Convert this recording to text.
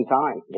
time